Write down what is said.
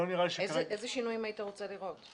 איזה שינויים היית רוצה לראות?